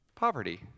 Poverty